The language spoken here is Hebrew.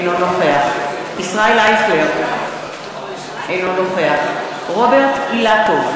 אינו נוכח ישראל אייכלר, אינו נוכח רוברט אילטוב,